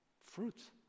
fruits